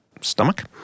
stomach